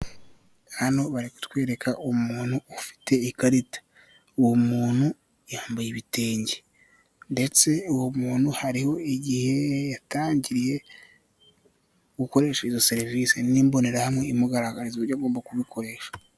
Hano bari kutwereka umuntu ufite ikarita. Uwo muntu yambaye ibitenge, ndetse uwo muntu hariho igihe yatangiriye, gukoresha izo serivise n'imbonerahamwe imugaragariza uburyo agomba kubikoresha.